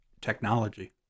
technology